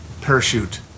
parachute